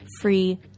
free